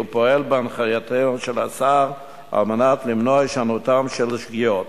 ופועל בהנחייתו של השר למנוע הישנותן של שגיאות.